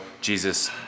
Jesus